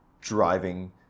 driving